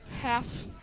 half